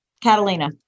Catalina